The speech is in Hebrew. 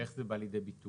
איך זה בא לידי ביטוי?